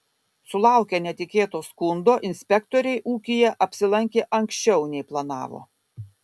sulaukę netikėto skundo inspektoriai ūkyje apsilankė anksčiau nei planavo